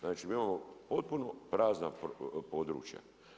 Znači mi imamo potpuno prazna područja.